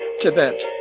Tibet